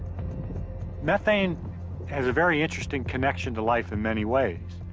methane has a very interesting connection to life, in many ways.